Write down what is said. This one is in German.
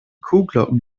kuhglocken